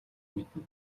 мэднэ